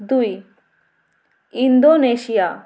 দুই ইন্দোনেশিয়া